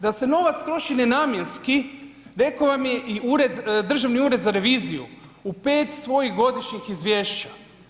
Da se novac troši nenamjenski rekao vam je i Državni ured za reviziju u 5 svojih godišnjih izvješća.